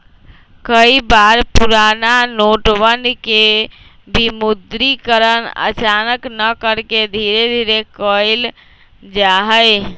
कई बार पुराना नोटवन के विमुद्रीकरण अचानक न करके धीरे धीरे कइल जाहई